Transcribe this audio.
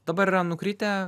dabar yra nukritę